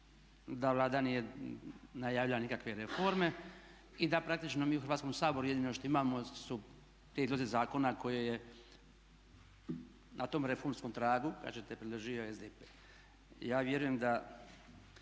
da Vlada nije najavila nikakve reforme i da praktično mi u Hrvatskom saboru jedino što imamo su prijedlozi zakona koje je na tom reformskom pragu kažete predložio SDP. Ja vjerujem da